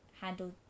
handle